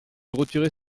retirer